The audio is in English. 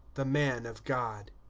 the man of god.